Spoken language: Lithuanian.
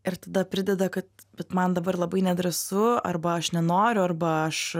ir tada prideda kad bet man dabar labai nedrąsu arba aš nenoriu arba aš